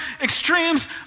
extremes